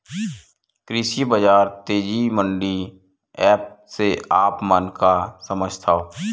कृषि बजार तेजी मंडी एप्प से आप मन का समझथव?